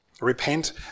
Repent